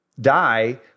die